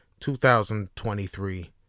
2023